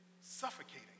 suffocating